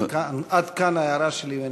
עד כאן ההערה שלי.